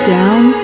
Down